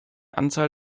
anzahl